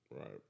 Right